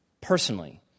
Personally